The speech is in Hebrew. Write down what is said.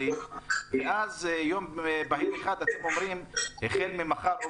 ואז ביום אחד אתם אומרים שהחל ממחר או